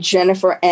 Jennifer